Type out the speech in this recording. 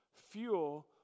Fuel